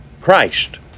Christ